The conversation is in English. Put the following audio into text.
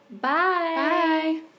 Bye